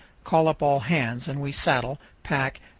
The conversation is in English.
call up all hands, and we saddle, pack,